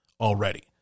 already